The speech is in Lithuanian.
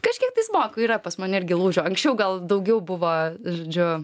kažkiek tais moku yra pas mane irgi lūžio anksčiau gal daugiau buvo žodžiu